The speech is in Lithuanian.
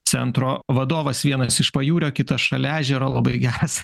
centro vadovas vienas iš pajūrio kitas šalia ežero labai geras